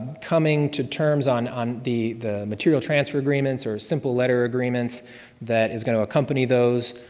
coming to terms on on the the material transfer agreements or simple letter agreements that is going to accompany those,